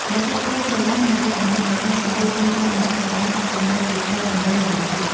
ដោយសារក្តីស្រឡាញ់និងក្តីអាណិតអាសូរចំពោះកូនស្រី ម្តាយក៏បានចាប់កំណើតជាត្រីដំរីម្តងទៀត។